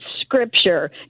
scripture